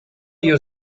you